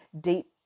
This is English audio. deep